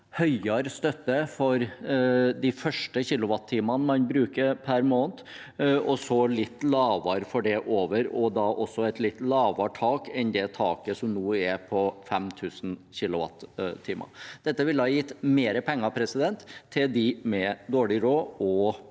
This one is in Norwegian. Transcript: høyere støtte for de første kilowattimene man bruker per måned, litt lavere for det over, og også et litt lavere tak enn det taket som er nå, på 5 000 kWh. Dette ville gitt mer penger til dem med dårlig råd og lavt